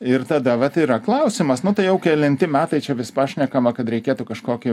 ir tada vat yra klausimas nu tai jau kelinti metai čia vis pašnekama kad reikėtų kažkokį